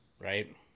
Right